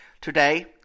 Today